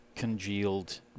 congealed